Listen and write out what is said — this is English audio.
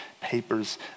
papers